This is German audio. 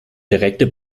direkte